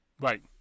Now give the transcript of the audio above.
right